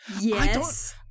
Yes